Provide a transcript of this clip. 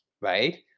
right